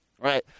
Right